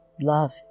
Love